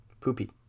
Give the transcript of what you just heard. Poopy